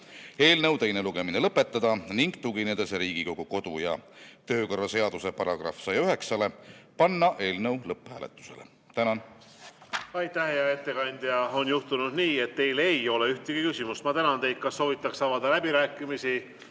eelnõu teine lugemine lõpetada, ning tuginedes Riigikogu kodu- ja töökorra seaduse §-le 109, panna eelnõu lõpphääletusele. Tänan! Aitäh, hea ettekandja! On juhtunud nii, et teile ei ole ühtegi küsimust. Ma tänan teid. Kas soovitakse avada läbirääkimisi,